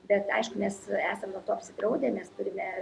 bet aišku mes esam nuo to apsidraudę mes turime